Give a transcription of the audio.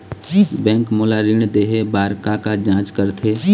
Bank मोला ऋण देहे बार का का जांच करथे?